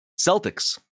Celtics